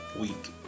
week